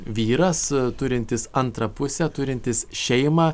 vyras turintis antrą pusę turintis šeimą